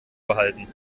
behalten